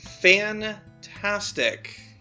fantastic